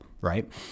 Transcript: right